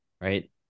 Right